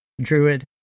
druid